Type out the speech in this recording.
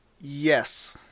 Yes